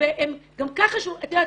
והם גם ככה --- את יודעת,